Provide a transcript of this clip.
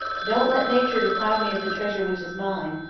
don't let nature deprive me of the treasure which is mine,